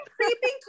creeping